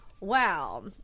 Wow